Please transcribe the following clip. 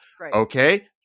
Okay